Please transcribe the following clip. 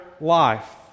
life